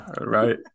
Right